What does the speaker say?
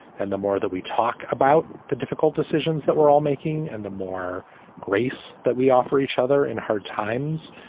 and the more that we talk about the difficult decisions that we're all making and the more grace that we offer each other in hard times,